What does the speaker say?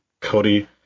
cody